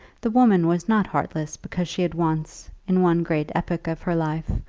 the woman was not heartless because she had once, in one great epoch of her life,